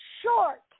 short